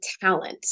talent